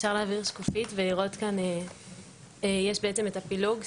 אפשר לראות את הפילוג בשקופית.